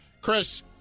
Chris